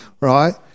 Right